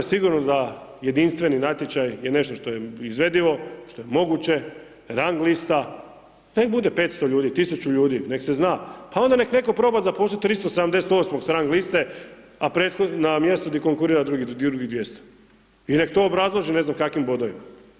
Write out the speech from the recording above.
Sigurno da jedinstveni natječaj je nešto što je izvedivo, što je moguće, rang lista, nek bude 500 ljudi, 1000 ljudi, nek se zna, pa onda nek netko proba zaposliti 378.-og sa rang liste, a prethodno mjesto konkurira drugih 200 i nek to obrazloži, ne znam kakvim bodovima.